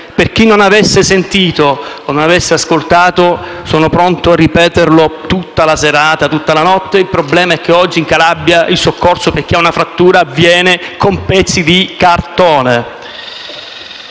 Per chi non avesse sentito sono pronto a ripeterlo tutta la serata, tutta la notte: il problema è che oggi in Calabria il soccorso per chi ha una frattura viene prestato con pezzi di cartone.